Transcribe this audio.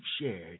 shared